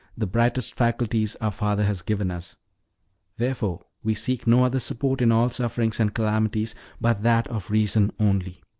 the brightest faculties our father has given us therefore we seek no other support in all sufferings and calamities but that of reason only.